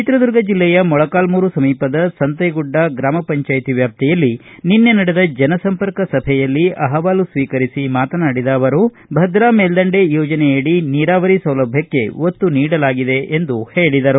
ಚಿತ್ರದುರ್ಗ ಜಿಲ್ಲೆಯ ಮೊಳಕಾಲ್ಗೂರು ಸಮೀಪದ ಸಂತಗುಡ್ಡ ಗ್ರಮ ಪಂಚಾಯತ್ ವ್ಯಾಪ್ತಿಯಲ್ಲಿ ನಿನ್ನೆ ನಡೆದ ಜನಸಂಪರ್ಕ ಸಭೆಯಲ್ಲಿ ಅಹವಾಲು ಸ್ವೀಕರಿಸಿ ಮಾತನಾಡಿದ ಅವರು ಭದ್ರಾ ಮೇಲ್ದಂಡೆ ಯೋಜನೆಯಡಿ ನೀರಾವರಿ ಸೌಲಭ್ಯಕ್ಷೆ ಒತ್ತು ನೀಡಲಾಗಿದೆ ಎಂದು ಹೇಳಿದರು